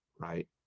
Right